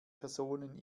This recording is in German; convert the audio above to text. personen